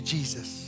Jesus